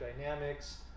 dynamics